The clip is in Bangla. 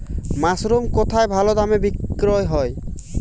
মাসরুম কেথায় ভালোদামে বিক্রয় হয়?